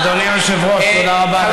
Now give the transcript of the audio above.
אדוני היושב-ראש, תודה רבה לך.